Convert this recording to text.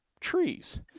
trees